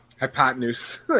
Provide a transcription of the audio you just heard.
Hypotenuse